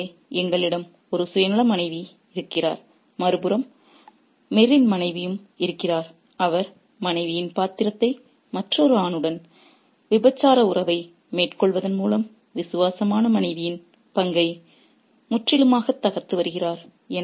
ஆகவே எங்களிடம் ஒரு சுயநல மனைவி இருக்கிறார் மறுபுறம் மீரின் மனைவியும் இருக்கிறார் அவர் மனைவியின் பாத்திரத்தை மற்றொரு ஆணுடன் விபச்சார உறவை மேற்கொள்வதன் மூலம் விசுவாசமான மனைவியின் பங்கை முற்றிலுமாகத் தகர்த்து வருகிறார்